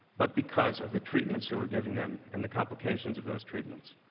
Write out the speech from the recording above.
but because of the treatments that we're giving them and the complications of those treatments?